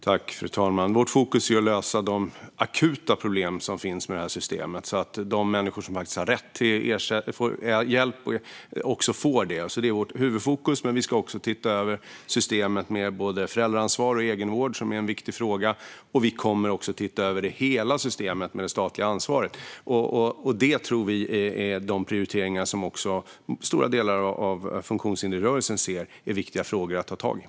Fru talman! Vårt fokus är att lösa de akuta problem som finns med det här systemet så att de människor som har rätt till hjälp också får det. Det är vårt huvudfokus, men vi ska också se över systemet med både föräldraansvar och egenvård, vilket är viktiga frågor. Vi kommer också att se över hela systemet med det statliga ansvaret. Detta tror vi är de prioriteringar som även stora delar av funktionshindersrörelsen ser är viktiga att ta tag i.